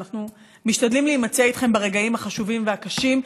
אנחנו משתדלים להימצא איתכם ברגעים החשובים והקשים.